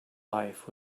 life